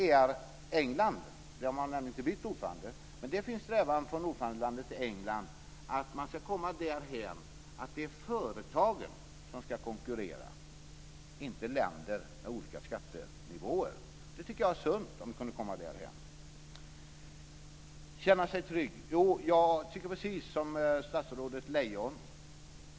Från ordförandelandet England - man har inte bytt ordförande - finns en strävan att komma dithän att det är företagen som ska konkurrera, inte länder med olika skattenivåer. Jag tycker att det vore sunt om vi kunde komma dithän. Sedan till detta med att kunna känna sig trygg. Jo, jag tycker precis som statsrådet Lejon.